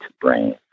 brain